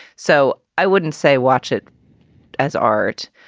so i wouldn't say watch it as art,